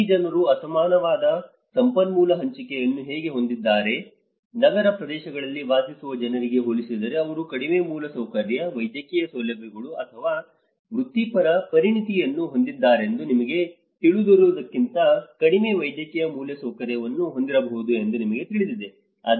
ಈ ಜನರು ಅಸಮಾನವಾದ ಸಂಪನ್ಮೂಲ ಹಂಚಿಕೆಯನ್ನು ಹೇಗೆ ಹೊಂದಿದ್ದಾರೆ ನಗರ ಪ್ರದೇಶಗಳಲ್ಲಿ ವಾಸಿಸುವ ಜನರಿಗೆ ಹೋಲಿಸಿದರೆ ಅವರು ಕಡಿಮೆ ಮೂಲಸೌಕರ್ಯ ವೈದ್ಯಕೀಯ ಸೌಲಭ್ಯಗಳು ಅಥವಾ ವೃತ್ತಿಪರ ಪರಿಣತಿಯನ್ನು ಹೊಂದಿದ್ದಾರೆಂದು ನಿಮಗೆ ತಿಳಿದಿರುವುದಕ್ಕಿಂತ ಕಡಿಮೆ ವೈದ್ಯಕೀಯ ಮೂಲಸೌಕರ್ಯವನ್ನು ಹೊಂದಿರಬಹುದು ಎಂದು ನಿಮಗೆ ತಿಳಿದಿದೆ